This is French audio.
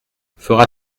fera